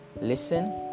listen